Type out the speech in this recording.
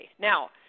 Now